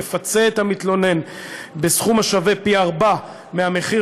הוא יפצה את המתלונן בסכום השווה לפי-ארבעה מהמחיר